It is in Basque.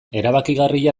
erabakigarria